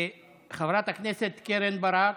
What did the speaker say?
חברת הכנסת קרן ברק,